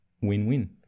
win-win